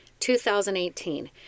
2018